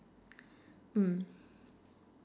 mm